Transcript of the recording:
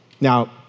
Now